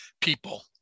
people